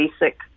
basic